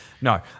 No